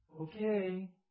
Okay